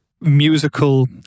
musical